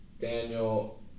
daniel